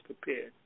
prepared